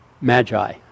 magi